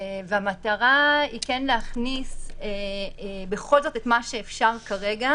והמטרה היא כן להכניס בכל זאת את מה שאפשר כרגע.